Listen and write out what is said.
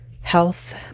health